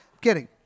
kidding